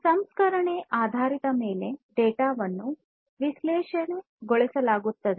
ಸಂಸ್ಕರಣೆಯ ಆಧಾರದ ಮೇಲೆ ಡೇಟಾವನ್ನು ವಿಶ್ಲೇಷಿಸಲಾಗುತ್ತದೆ